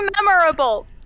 memorable